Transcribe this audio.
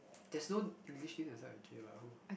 there's no English name that starts with J what who